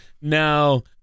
Now